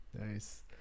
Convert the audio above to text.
Nice